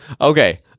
Okay